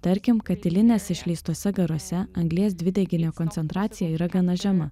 tarkim katilinės išleistuose garuose anglies dvideginio koncentracija yra gana žema